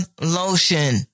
lotion